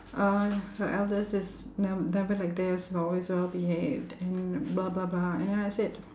uh her elder sis ne~ never like this always well behaved and blah blah blah and then I said